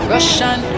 Russian